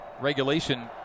regulation